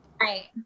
Right